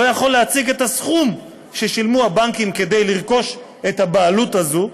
לא יכול להציג את הסכום ששילמו הבנקים כדי לרכוש את הבעלות הזאת.